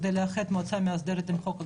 כדי לאחד מועצה מאסדרת עם החוק הגדול,